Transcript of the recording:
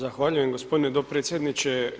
Zahvaljujem gospodine dopredsjedniče.